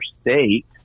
state